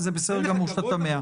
זה בסדר גמור שאתה תמה.